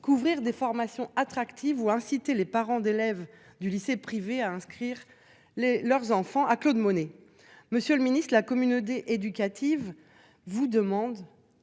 couvrir des formations attractive ou inciter les parents d'élèves du lycée privé à inscrire les leurs enfants à Claude Monet. Monsieur le Ministre de la communauté éducative vous demande